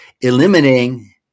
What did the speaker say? eliminating